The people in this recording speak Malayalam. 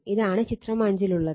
ഇതാണ് ചിത്രം 5 ലുള്ളത്